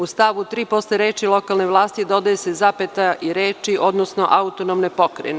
U stavu 3. posle reči: „lokalne vlasti“, dodaje se zapeta i reči: „odnosno autonomne pokrajine“